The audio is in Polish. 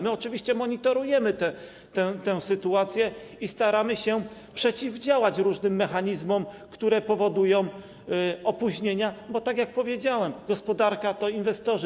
My oczywiście monitorujemy tę sytuację i staramy się przeciwdziałać różnym mechanizmom, które powodują opóźnienia, bo tak jak powiedziałem, gospodarka to inwestorzy.